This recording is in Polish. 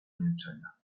milczenia